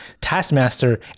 Taskmaster